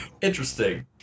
Interesting